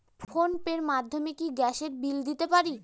Phone pay র মাধ্যমে কি গ্যাসের বিল দিতে পারি?